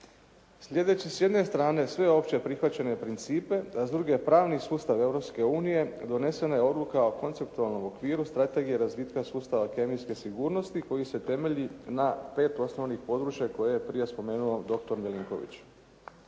Slijedeći s jedne strane sveopće prihvaćene principe, a s druge pravni sustav Europske unije, donesena je Odluka o konceptualnom okviru Strategije razvitka sustava kemijske sigurnosti koji se temelji na pet osnovnih područja koje je prije spomenuo dr. Milinković.